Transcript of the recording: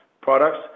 products